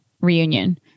reunion